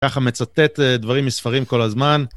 ככה מצטט דברים מספרים כל הזמן.